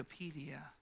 Wikipedia